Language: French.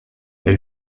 elle